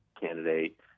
candidate